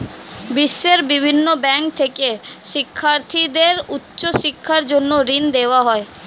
বিশ্বের বিভিন্ন ব্যাংক থেকে শিক্ষার্থীদের উচ্চ শিক্ষার জন্য ঋণ দেওয়া হয়